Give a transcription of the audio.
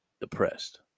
depressed